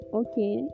okay